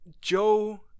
Joe